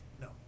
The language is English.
No